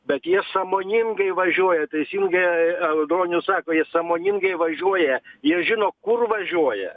bet jie sąmoningai važiuoja teisingai audronius sako jie sąmoningai važiuoja jie žino kur važiuoja